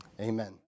Amen